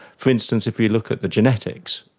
for instance, if we look at the genetics,